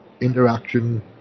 interaction